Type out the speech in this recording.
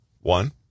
One